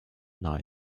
nahe